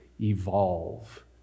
evolve